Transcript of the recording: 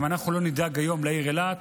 ואם אנחנו לא נדאג היום לעיר אילת,